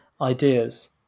ideas